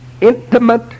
intimate